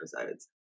episodes